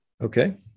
Okay